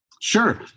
Sure